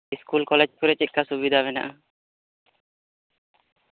school college ᱠᱚᱨᱮ ᱪᱮᱫᱞᱮᱠᱟ ᱥᱩᱵᱤᱫᱟ ᱢᱮᱱᱟᱜᱼᱟ